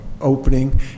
opening